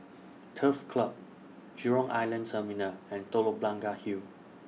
Turf Club Jurong Island Terminal and Telok Blangah Hill